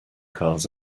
cars